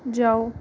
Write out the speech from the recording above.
जाओ